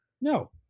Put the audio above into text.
No